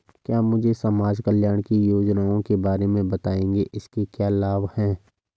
क्या मुझे समाज कल्याण की योजनाओं के बारे में बताएँगे इसके क्या लाभ हैं?